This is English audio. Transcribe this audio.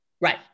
Right